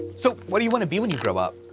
so what do you wanna be when you grow up?